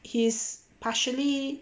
his partially